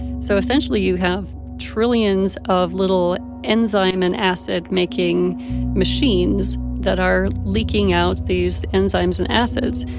so essentially, you have trillions of little enzyme and acid-making machines that are leaking out these enzymes and acids.